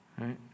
right